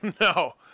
No